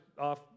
off